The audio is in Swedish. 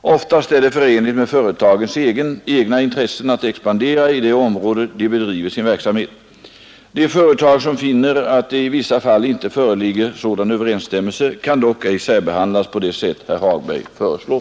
Oftast är det förenligt med företagens egna intressen att expandera i det område de bedriver sin verksamhet. De företag som finner att det i vissa fall inte föreligger sådan överensstämmelse kan dock ej särbehandlas på det sätt herr Hagberg föreslår.